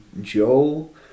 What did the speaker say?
Joel